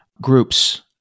groups